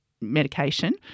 medication